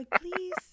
please